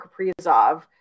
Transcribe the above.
Kaprizov